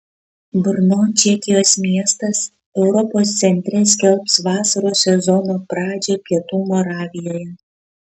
brno čekijos miestas europos centre skelbs vasaros sezono pradžią pietų moravijoje